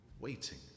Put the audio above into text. waiting